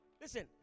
Listen